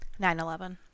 9-11